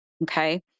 Okay